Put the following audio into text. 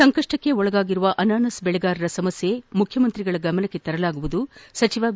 ಸಂಕಷ್ಷಕ್ಷ ಒಳಗಾಗಿರುವ ಅನಾನಸ್ ಬೆಳೆಗಾರರ ಸಮಸ್ನೆ ಮುಖ್ಯಮಂತ್ರಿಗಳ ಗಮನಕ್ಕೆ ತರಲಾಗುವುದು ಸಚಿವ ಬಿ